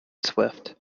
swift